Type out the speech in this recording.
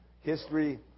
History